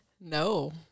No